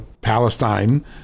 Palestine